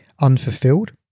unfulfilled